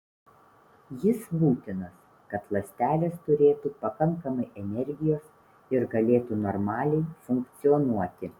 jis būtinas kad ląstelės turėtų pakankamai energijos ir galėtų normaliai funkcionuoti